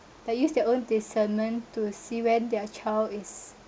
they use their own discernment to see when their child is